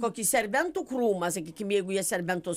kokį serbentų krūmą sakykim jeigu jie serbentus